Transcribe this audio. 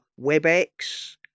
WebEx